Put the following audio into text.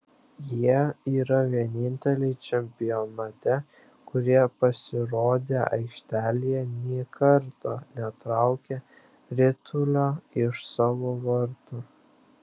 jie yra vieninteliai čempionate kurie pasirodę aikštėje nė karto netraukė ritulio iš savo vartų